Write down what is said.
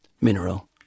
mineral